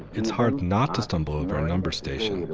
it is hard not to stumble over a numbers station.